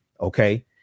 Okay